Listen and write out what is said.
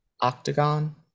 Octagon